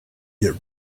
get